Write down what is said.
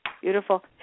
Beautiful